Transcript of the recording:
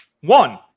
One